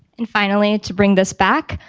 and finally, to bring this back,